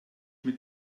mit